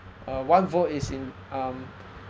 uh one vote is in um